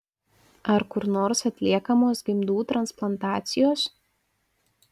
ar kur nors atliekamos gimdų transplantacijos